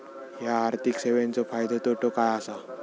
हया आर्थिक सेवेंचो फायदो तोटो काय आसा?